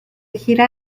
gira